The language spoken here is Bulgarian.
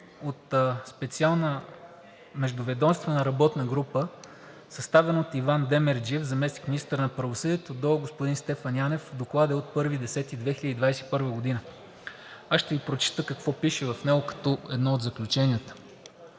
от специална междуведомствена работна група, съставен от Иван Демерджиев – заместник-министър на правосъдието, до господин Стефан Янев. Докладът е от 1 октомври 2021 г. Ще Ви прочета какво пише в него като едно от заключенията.